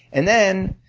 and then,